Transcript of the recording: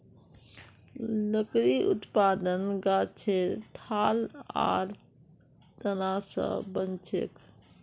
लकड़ी उत्पादन गाछेर ठाल आर तना स बनछेक